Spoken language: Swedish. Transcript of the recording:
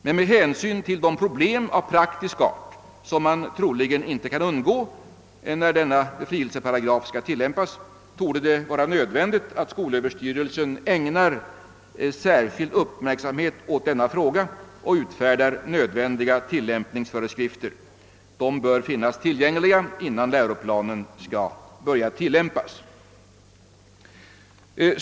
Med hänsyn till de problem av praktisk art som man troligen inte kan undgå när denna befrielseparagraf skall tillämpas torde det vara nödvändigt att skolöverstyrelsen ägnar särskild uppmärksamhet åt saken och utfärdar nödiga tillämpningsföreskrifter, som bör finnas tillgängliga innan läroplanen börjar tillämpas.